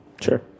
Sure